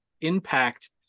impact